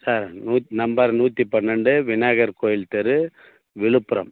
sir நூத் number நூற்றி பன்னிரெண்டு விநாயகர் கோயில் தெரு விழுப்புரம்